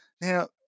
Now